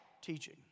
teaching